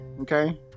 okay